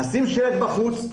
נשים שלט בחוץ,